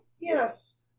Yes